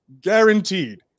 guaranteed